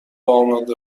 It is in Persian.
آماده